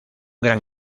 gran